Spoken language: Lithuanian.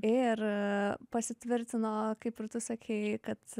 ir pasitvirtino kaip ir tu sakei kad